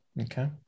Okay